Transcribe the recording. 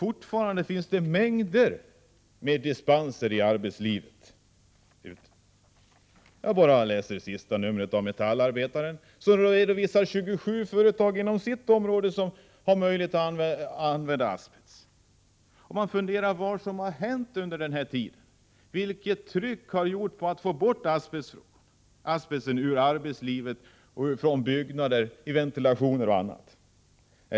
Fortfarande finns det mängder av dispenser i arbetslivet. Barai det senaste numret av Metallarbetaren redovisas 27 metallföretag som har möjlighet att använda asbest. Man kan därför fundera över vad som har hänt under senare år. Vilket tryck har man satt in för att få bort asbesten från arbetslivet, från byggnader, ventilationssystem osv.?